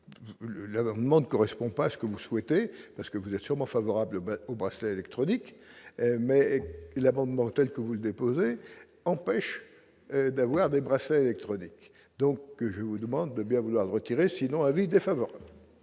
l'avènement de correspond pas à ce que vous souhaitez, parce que vous êtes sûrement favorable au bracelet électronique, mais l'amendement telle que vous le déposez empêche d'avoir des bras qui renaît donc je vous demande de bien vouloir retirer sinon avis défavorable.